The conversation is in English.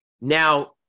now